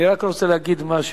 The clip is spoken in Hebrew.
אני רק רוצה להגיד משהו.